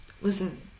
Listen